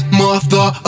mother